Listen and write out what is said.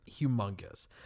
humongous